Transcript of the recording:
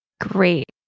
Great